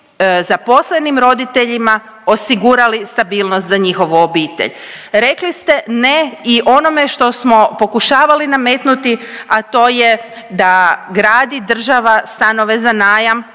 zaposlenim roditeljima osigurali stabilnost za njihovu obitelj. Rekli ste ne i onome što smo pokušavali nametnuti, a to je da gradi država stanove za najam